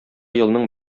елның